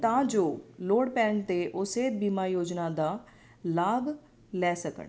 ਤਾਂ ਜੋ ਲੋੜ ਪੈਣ 'ਤੇ ਉਹ ਸਿਹਤ ਬੀਮਾ ਯੋਜਨਾ ਦਾ ਲਾਭ ਲੈ ਸਕਣ